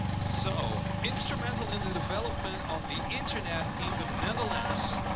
so instrumental in the development of the internet in the netherlands,